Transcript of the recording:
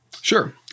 Sure